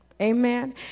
Amen